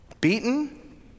beaten